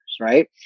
right